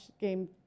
game